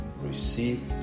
receive